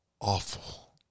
awful